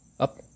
Up